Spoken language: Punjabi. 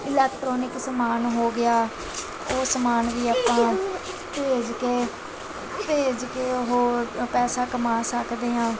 ਇਲੈਕਟਰੋਨਿਕ ਸਮਾਨ ਹੋ ਗਿਆ ਉਹ ਸਮਾਨ ਵੀ ਆਪਾਂ ਭੇਜ ਕੇ ਭੇਜ ਕੇ ਉਹ ਪੈਸਾ ਕਮਾ ਸਕਦੇ ਹਾਂ